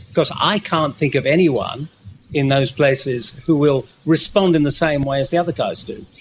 because i can't think of anyone in those places who will respond in the same way as the other guys do.